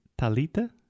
Talita